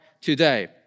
today